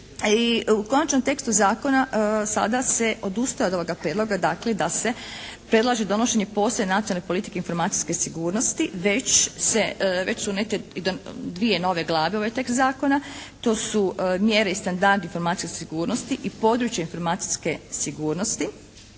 u konačnom tekstu zakona sada se odustalo od ovoga prijedloga dakle da se predlaže donošenje posebne Nacionalne politike informacijske sigurnosti već se, već su neke, dvije nove glave unijete u ovaj tekst zakona. To su mjere i standardi informacijske sigurnosti i područje informacijske sigurnosti